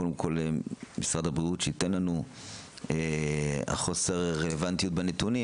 קודם כל משרד הבריאות שייתן לנו על חוסר רלוונטיות בנתונים.